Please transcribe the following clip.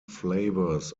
flavours